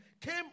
came